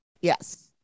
yes